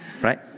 right